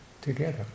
together